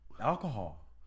Alcohol